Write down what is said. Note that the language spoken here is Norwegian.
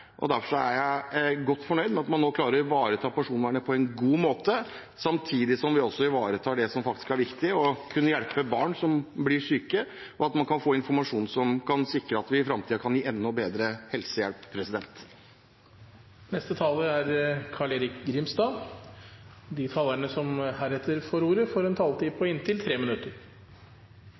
saken. Derfor er jeg godt fornøyd med at man nå klarer å ivareta personvernet på en god måte, samtidig som vi også ivaretar det som faktisk er viktig: å kunne hjelpe barn som blir syke, og at man kan få informasjon som kan sikre at man i framtiden kan gi enda bedre helsehjelp. De talere som heretter får ordet, har en taletid på inntil